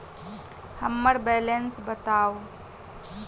हम्मर बैलेंस बताऊ